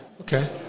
Okay